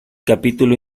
capítulo